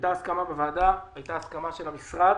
הייתה הסכמה בוועדה והייתה הסכמה של המשרד